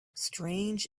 strange